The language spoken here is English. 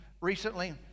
recently